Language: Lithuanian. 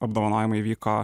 apdovanojimai vyko